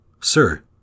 Sir